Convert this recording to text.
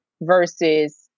versus